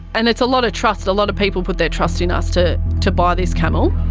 and it's a lot of trust a lot of people put their trust in us to to buy this camel.